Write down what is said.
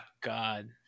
god